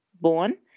born